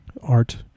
art